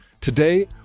Today